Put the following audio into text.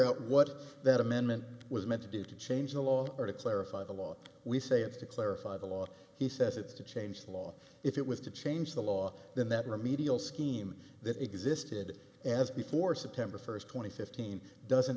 out what that amendment was meant to do to change the law or to clarify the law we say it's to clarify the law he says it's to change the law if it was to change the law then that remedial scheme that existed as before september first twenty fifteen doesn't